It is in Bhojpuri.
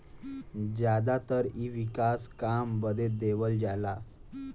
जादातर इ विकास काम बदे देवल जाला